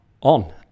on